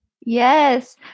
Yes